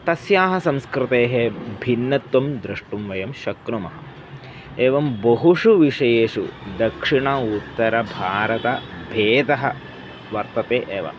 तस्याः संस्कृतेः भिन्नत्वं द्रष्टुं वयं शक्नुमः एवं बहुषु विषयेषु दक्षिण उत्तरभारतभेदः वर्तते एव